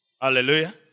Hallelujah